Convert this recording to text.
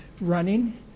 running